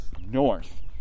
north